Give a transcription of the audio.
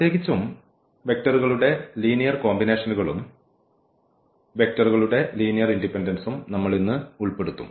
പ്രത്യേകിച്ചും വെക്റ്ററുകളുടെ ലീനിയർ കോമ്പിനേഷനുകളും വെക്റ്ററുകളുടെ ലീനിയർ ഇൻഡിപെൻഡൻസും നമ്മൾ ഇന്ന് ഉൾപ്പെടുത്തും